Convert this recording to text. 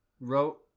wrote